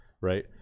right